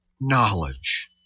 knowledge